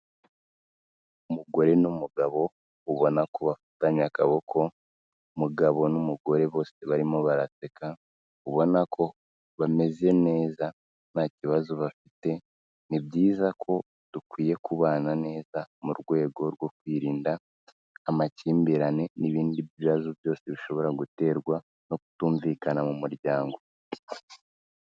Umugore n'umugabo ubona ko bafatanye akaboko, Umugabo n'umugore bose barimo baraseka ubona ko bameze neza nta kibazo bafite ni byiza ko dukwiye kubana neza mu rwego rwo kwirinda amakimbirane n'ibindi bibazo byose bishobora guterwa no kutumvikana mu muryango.